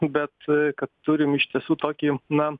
bet kad turim iš tiesų tokį na